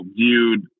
viewed